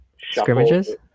scrimmages